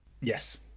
Yes